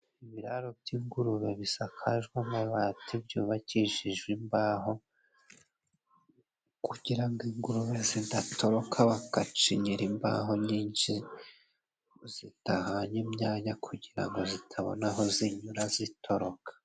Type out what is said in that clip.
Ibiraro by'ingurube bisakajwe amabati, byubakishijwe imbaho kugira ngo ingurube zidatoroka bagacinyira imbaho nyinshi zitahanye imyanya kugira ngo zitabona aho zinyura zitoroka.